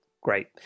great